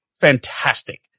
fantastic